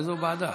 איזו ועדה?